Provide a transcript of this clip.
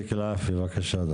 בבקשה.